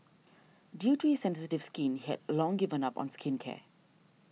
due to his sensitive skin he had long given up on skincare